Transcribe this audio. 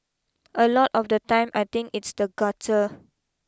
a lot of the time I think it's the gutter